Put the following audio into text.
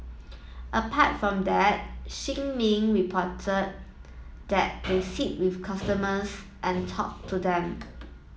apart from that Shin Min reported that they sit with customers and talk to them